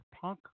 Punk